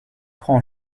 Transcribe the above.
prend